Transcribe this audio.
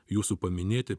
jūsų paminėti